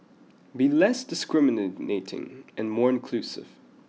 be less discriminating and more inclusive